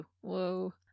whoa